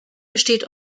besteht